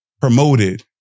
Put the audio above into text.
promoted